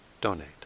donate